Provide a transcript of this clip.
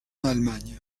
allemagne